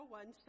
one